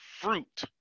fruit